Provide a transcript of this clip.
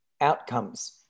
outcomes